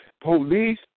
Police